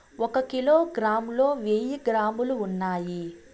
ఒక కిలోగ్రామ్ లో వెయ్యి గ్రాములు ఉన్నాయి